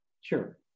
Sure